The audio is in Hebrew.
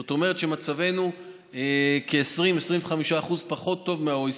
זאת אומרת, מצבנו כ-20% 25% פחות טוב מה-OECD.